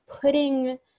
putting